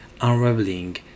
unraveling